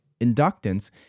inductance